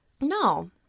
No